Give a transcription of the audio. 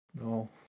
No